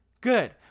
good